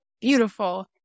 beautiful